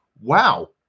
Wow